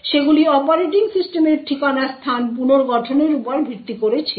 সেগুলি অপারেটিং সিস্টেমের ঠিকানা স্থান পুনর্গঠনের উপর ভিত্তি করে ছিল